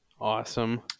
Awesome